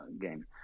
game